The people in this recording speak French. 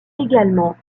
également